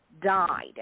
died